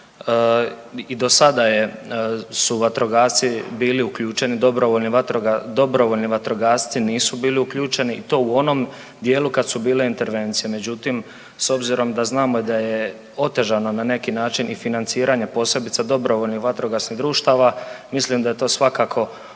I do sada su vatrogasci bili uključeni, dobrovoljni vatrogasci nisu bili uključeni i to u onom dijelu kad su bile intervencije, međutim s obzirom da znamo da je otežano na neki način i financiranje posebice dobrovoljnih vatrogasnih društava, mislim da je to svakako opravdano